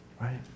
right